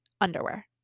underwear